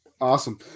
Awesome